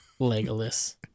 Legolas